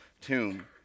tomb